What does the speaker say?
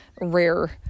rare